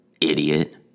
Idiot